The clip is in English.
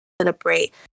celebrate